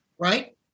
Right